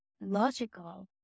logical